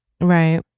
right